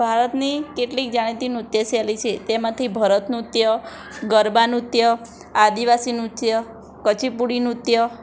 ભારતની કેટલીક જાણીતી નૃત્ય શૈલી છે તેમાંથી ભરત નૃત્ય ગરબા નૃત્ય આદિવાસી નૃત્ય કચી પૂડી નૃત્ય